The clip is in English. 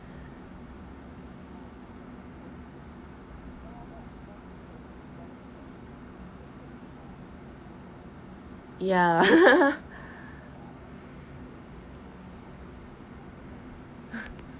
ya